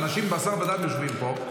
שאנשים בשר ודם יושבים פה,